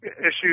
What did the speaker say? issues